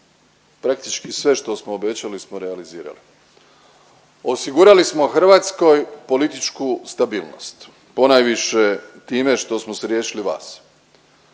praktički sve što smo obećali smo realizirali. Osigurali smo hrvatskoj političku stabilnost, ponajviše time što smo se riješili vas.